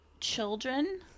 children